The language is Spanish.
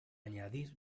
añadir